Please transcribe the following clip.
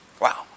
Wow